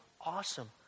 awesome